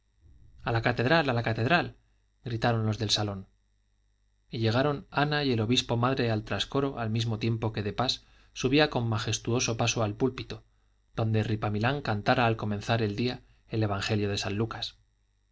a la catedral a la catedral gritaron los del salón y llegaron ana y el obispo madre al trascoro al mismo tiempo que de pas subía con majestuoso paso al púlpito donde ripamilán cantara al comenzar el día el evangelio de san lucas